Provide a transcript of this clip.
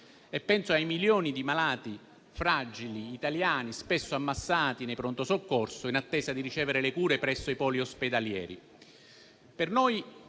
Penso ai milioni di malati fragili italiani, spesso ammassati nei pronto soccorso, in attesa di ricevere le cure presso i poli ospedalieri.